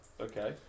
Okay